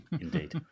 Indeed